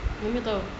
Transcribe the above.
mummy tahu